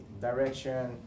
direction